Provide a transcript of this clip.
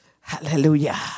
Hallelujah